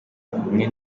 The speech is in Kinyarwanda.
hamwe